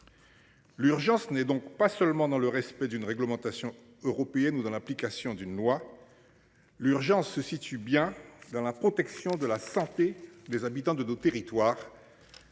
L'urgence n'est donc pas seulement dans le respect d'une réglementation européenne ou dans l'application d'une loi. L'urgence se situe bien dans la protection de la santé des habitants de nos territoires.